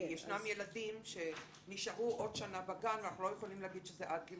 יש ילדים שנשארו עוד שנה בגן ואנחנו לא יכולים לומר שזה עד גיל